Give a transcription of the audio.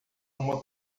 uma